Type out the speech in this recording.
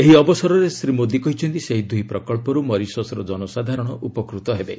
ଏହି ଅବସରରେ ଶ୍ରୀ ମୋଦୀ କହିଛନ୍ତି ସେହି ଦୁଇ ପ୍ରକଳ୍ପରୁ ମରିସସ୍ର ଜନସାଧାରଣ ଉପକୃତ ହେବେ